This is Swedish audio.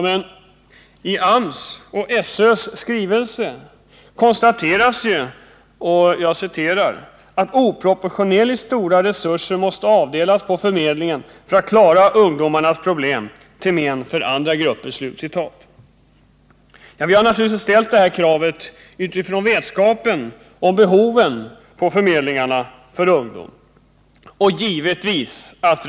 Men i AMS och SÖ:s skrivelse konstateras att ”oproportionerligt stora resurser måste avdelas på förmedlingen för att klara ungdomarnas problem till men för andra grup Vi har naturligtvis ställt detta krav utifrån vetskapen om de behov förmedlingarna har när det gäller ungdomen.